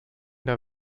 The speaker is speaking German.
der